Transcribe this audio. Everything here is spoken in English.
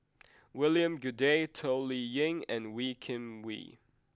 William Goode Toh Liying and Wee Kim Wee